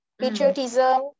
patriotism